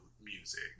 music